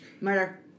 Murder